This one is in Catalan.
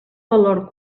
valor